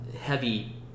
heavy